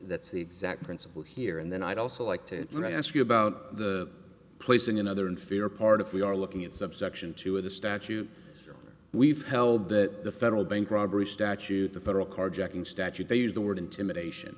that's the exact principle here and then i'd also like to ask you about the place in another inferior part of we are looking at subsection two of the statute we've held that the federal bank robbery statute the federal carjacking statute they use the word intimidation